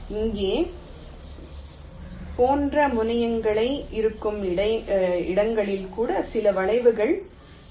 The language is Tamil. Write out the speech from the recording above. இங்கே போன்ற முனையங்கள் இருக்கும் இடங்களில் கூட சில வளைவுகள் அனுமதிக்கப்படலாம்